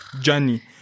journey